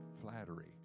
flattery